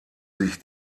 sich